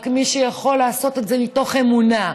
רק מי שיכול לעשות את זה מתוך אמונה.